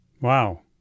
Wow